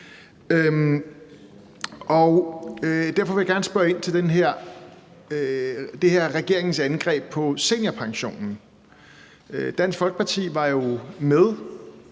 Derfor vil jeg gerne spørge ind til regeringens angreb på seniorpensionen. Dansk Folkeparti var jo